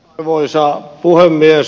arvoisa puhemies